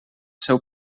seu